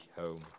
home